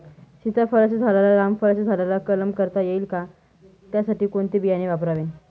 सीताफळाच्या झाडाला रामफळाच्या झाडाचा कलम करता येईल का, त्यासाठी कोणते बियाणे वापरावे?